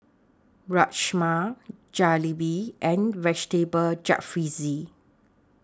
Rajma Jalebi and Vegetable Jalfrezi